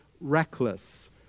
reckless